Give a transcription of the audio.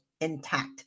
intact